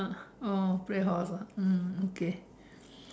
ah oh play horse mm okay